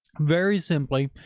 very simply,